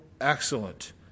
excellent